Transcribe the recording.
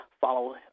follow